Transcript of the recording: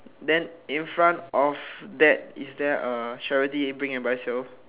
then in front of that is there a charity bring and buy sale